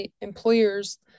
employers